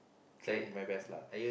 trying my best lah